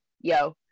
Yo